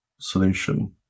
solution